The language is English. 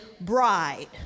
bride